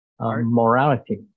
morality